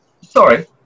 sorry